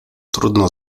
trudno